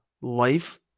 life